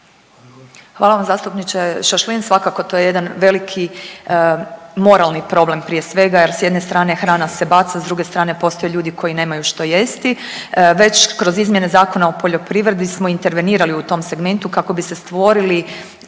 Hvala vam zastupniče Šašlin. Svakako to je jedan veliki moralni problem prije svega jer s jedne strane hrana se baca, s druge strane postoje ljudi koji nemaju što jesti. Već kroz izmjene Zakona o poljoprivredi smo intervenirali u tom segmentu kako bi se stvorili